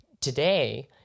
Today